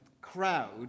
crowd